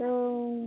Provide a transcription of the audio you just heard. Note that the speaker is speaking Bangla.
ও